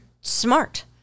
smart